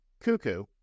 cuckoo